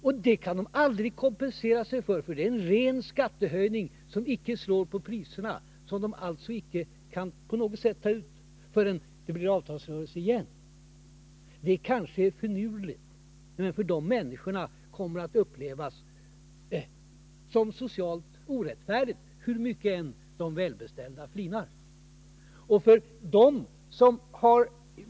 Och detta kan de aldrig kompensera sig för, för det är en ren skattehöjning som inte slår på priserna och som de inte på något sätt kan ta tillbaka förrän det blir avtalsrörelse igen. Det kanske är finurligt, men många människor kommer att uppleva det som socialt orättfärdigt, hur mycket de välbeställda än flinar.